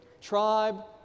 tribe